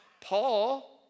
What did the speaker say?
Paul